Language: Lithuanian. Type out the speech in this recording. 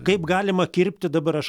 kaip galima kirpti dabar aš